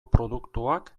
produktuak